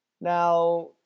Now